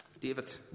David